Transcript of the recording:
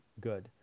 good